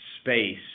space